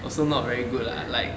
also not very good lah like